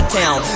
town